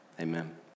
Amen